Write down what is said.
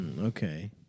Okay